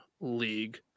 league